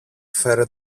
φέρε